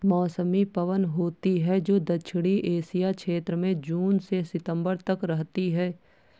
मौसमी पवन होती हैं, जो दक्षिणी एशिया क्षेत्र में जून से सितंबर तक रहती है